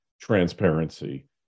transparency